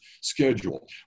schedule